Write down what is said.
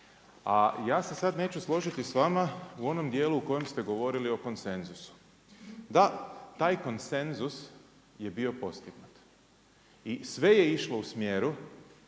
a ja se sad neću složiti s vama u onom djelu u kojem ste govorili o konsenzusu. Da, taj konsenzus je bio postignut. I sve je išlo u smjeru